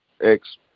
ex